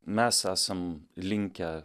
mes esam linkę